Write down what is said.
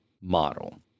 model